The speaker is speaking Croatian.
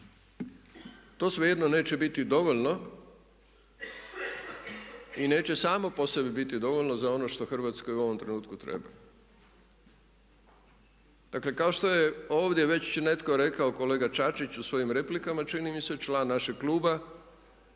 to svejedno neće biti dovoljno i neće samo po sebi biti dovoljno za ono što Hrvatskoj u ovom trenutku treba. Dakle, kao što je ovdje već netko rekao, kolega Čačić u svojim replikama čini mi se, član našeg kluba,